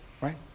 right